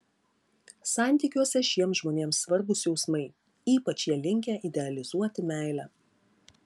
santykiuose šiems žmonėms svarbūs jausmai ypač jie linkę idealizuoti meilę